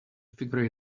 figure